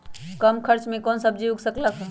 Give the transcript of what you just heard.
कम खर्च मे कौन सब्जी उग सकल ह?